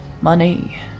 Money